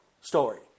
story